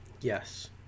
Yes